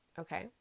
Okay